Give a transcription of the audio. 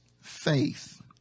faith